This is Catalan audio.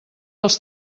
els